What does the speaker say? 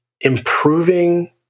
improving